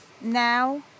now